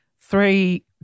three